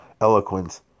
eloquence